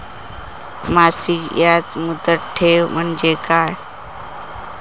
मासिक याज मुदत ठेव म्हणजे काय?